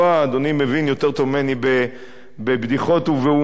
אדוני מבין יותר טוב ממני בבדיחות ובהומור,